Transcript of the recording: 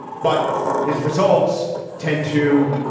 but his results tend to.